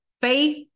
faith